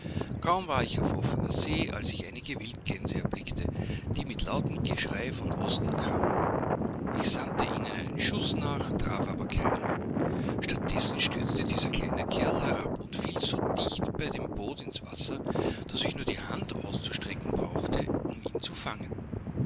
kaum war ich auf offener see als ich einige wildgänse erblickte die mit lautem geschrei von osten kamen ich sandte ihnen einen schuß nach traf aber keine stattdessenstürztedieserkleinekerlherabundfielsodichtbeidem boot ins wasser daß ich nur die hand auszustrecken brauchte um ihn zu fangen